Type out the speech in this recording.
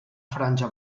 franja